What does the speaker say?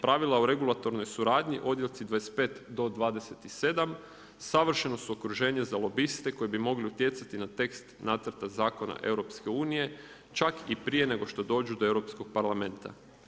Pravila o regulatornoj suradnji odjelci 25 do 27 savršeno su okruženje za lobiste koji bi mogli utjecati na tekst nacrta zakona EU čak i prije nego dođu do Europskog parlamenta.